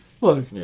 look